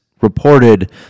reported